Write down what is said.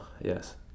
yes